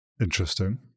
Interesting